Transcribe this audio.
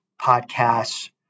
podcasts